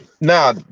Now